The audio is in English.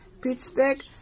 Pittsburgh